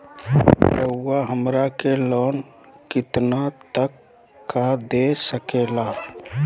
रउरा हमरा के लोन कितना तक का दे सकेला?